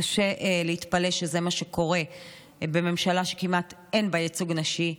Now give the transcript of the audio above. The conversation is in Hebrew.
קשה להתפלא שזה מה שקורה בממשלה שאין בה ייצוג נשי כמעט.